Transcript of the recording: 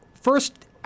first